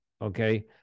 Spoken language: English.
Okay